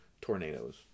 tornadoes